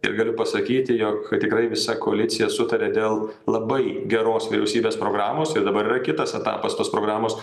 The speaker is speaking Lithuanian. ir galiu pasakyti jog tikrai visa koalicija sutarė dėl labai geros vyriausybės programos ir dabar yra kitas etapas tos programos